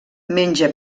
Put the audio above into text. menja